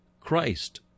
Christ